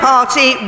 Party